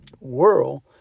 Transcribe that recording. world